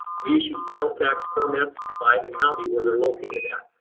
we issue sales tax permits by the county where they're located at.